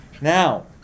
Now